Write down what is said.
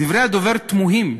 דברי הדובר תמוהים,